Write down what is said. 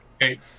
Hey